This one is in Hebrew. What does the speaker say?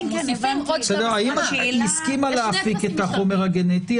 היא הסכימה להפיק את החומר הגנטי,